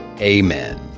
Amen